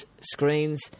screens